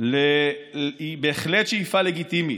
היא בהחלט שאיפה לגיטימית,